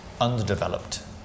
underdeveloped